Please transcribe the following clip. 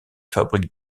fabriques